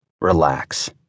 Relax